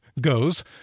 goes